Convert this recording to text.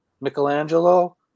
Michelangelo